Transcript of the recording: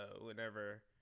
whenever